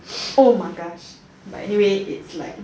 oh my gosh but anyway it's like